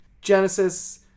Genesis